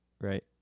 right